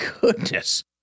goodness